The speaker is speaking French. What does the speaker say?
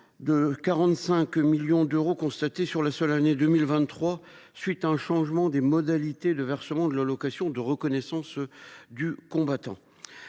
de 45 millions d’euros constatée sur la seule année 2023, à la suite d’un changement des modalités de versement de l’allocation de reconnaissance du combattant.